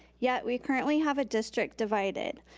yet we currently have a district divided.